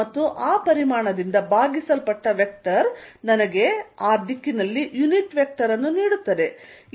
ಮತ್ತು ಆ ಪರಿಮಾಣದಿಂದ ಭಾಗಿಸಲ್ಪಟ್ಟ ವೆಕ್ಟರ್ ನನಗೆ ಆ ದಿಕ್ಕಿನಲ್ಲಿ ಯುನಿಟ್ ವೆಕ್ಟರ್ ನೀಡುತ್ತದೆ